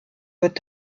wird